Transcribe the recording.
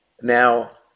Now